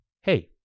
hey